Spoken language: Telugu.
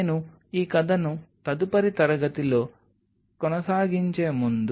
నేను ఈ కథను తదుపరి తరగతిలో కొనసాగించే ముందు